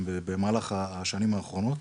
במהלך השנים האחרונות,